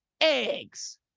eggs